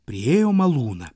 priėjo malūną